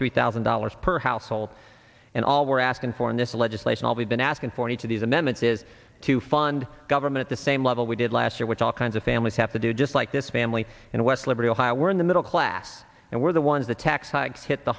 three thousand dollars per household and all we're asking for in this legislation all we've been asking for each of these amendments is to fund government the same level we did last year which all kinds of families have to do just like this family in west liberty ohio we're in the middle class and we're the ones the tax hikes hit the